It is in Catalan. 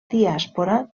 diàspora